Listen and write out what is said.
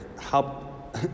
Help